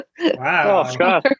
Wow